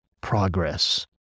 progress